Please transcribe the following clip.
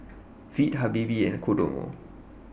Veet Habibie and Kodomo